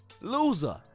Loser